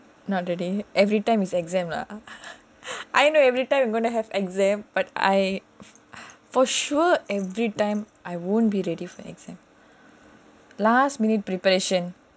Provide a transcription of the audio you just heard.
not ready every time is exam lah I know every time we going to have exam but I for sure every time I won't be ready for exam last minute preparation